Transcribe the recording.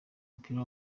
w’umupira